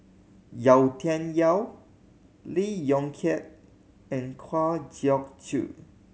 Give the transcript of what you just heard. Yau Tian Yau Lee Yong Kiat and Kwa Geok Choo